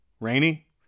rainy